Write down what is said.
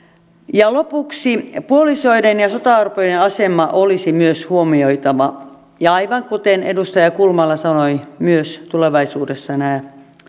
lopuksi puolisoiden ja sotaorpojen asema olisi myös huomioitava ja aivan kuten edustaja kulmala sanoi myös tulevaisuudessa